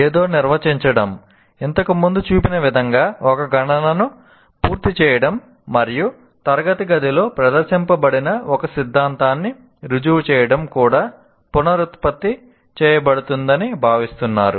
ఏదో నిర్వచించడం ఇంతకు ముందు చూపిన విధంగా ఒక గణనను పూర్తి చేయడం మరియు తరగతి గదిలో ప్రదర్శించబడిన ఒక సిద్ధాంతాన్ని రుజువు చేయడం కూడా పునరుత్పత్తి చేయబడుతుందని భావిస్తున్నారు